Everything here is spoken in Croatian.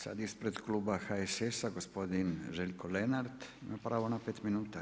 Sada ispred kluba HSS-a, gospodin Željko Lenart ima pravo na 5 minuta.